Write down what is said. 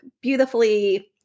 beautifully